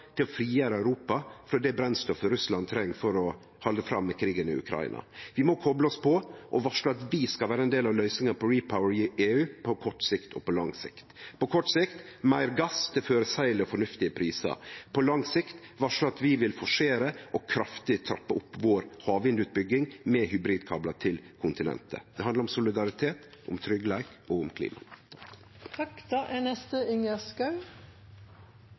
til å frigjere Europa frå det brennstoffet Russland treng for å halde fram med krigen i Ukraina. Vi må kople oss på og varsle at vi skal vere ein del av løysinga med RePower EU på både kort og lang sikt. På kort sikt – meir gass til føreseielege og fornuftige prisar. På lang sikt – varsle at vi vil forsere og kraftig trappe opp havvindutbygginga vår med hybridkablar til kontinentet. Det handlar om solidaritet, tryggleik og klima. Jeg skal fortsette litt der jeg slapp i sted. Det er